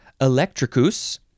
electricus